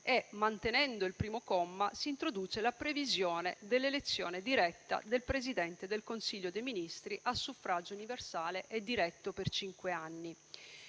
e, mantenendo il primo comma, si introduce la previsione dell'elezione diretta del Presidente del Consiglio dei ministri a suffragio universale e diretto per cinque anni.